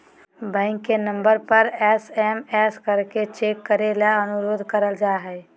bank के number पर SMS करके चेक बुक ले अनुरोध कर जा हय